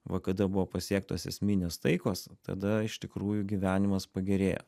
va kada buvo pasiektas esminės taikos tada iš tikrųjų gyvenimas pagerėjo